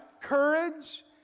courage